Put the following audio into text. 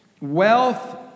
wealth